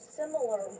similar